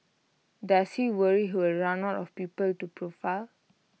does he worry he will run out of people to profile